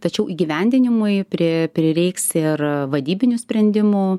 tačiau įgyvendinimui pri prireiks ir vadybinių sprendimų